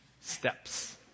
steps